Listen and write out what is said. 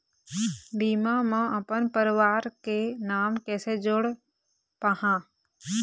बीमा म अपन परवार के नाम कैसे जोड़ पाहां?